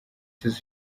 cyose